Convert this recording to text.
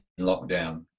lockdown